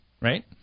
right